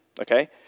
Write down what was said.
okay